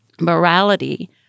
morality